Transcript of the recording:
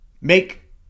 Make